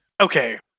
Okay